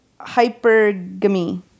hypergamy